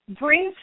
brings